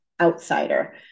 outsider